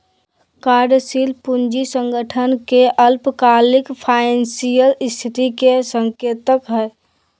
कार्यशील पूंजी संगठन के अल्पकालिक फाइनेंशियल स्थिति के संकेतक हइ